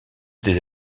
des